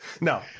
no